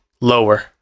lower